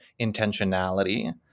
intentionality